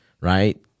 right